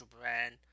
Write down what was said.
brand